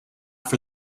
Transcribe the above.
for